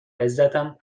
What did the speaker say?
عزتم